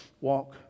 walk